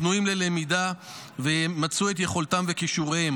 פנויים ללמידה וימצו את יכולתם וכישוריהם,